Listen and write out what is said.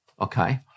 okay